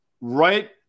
right